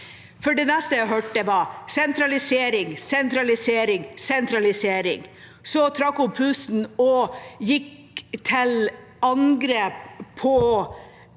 for det neste jeg hørte, var sentralisering, sentralisering, sentralisering. Så trakk hun pusten og gikk til angrep på